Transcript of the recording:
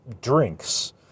drinks